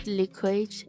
liquid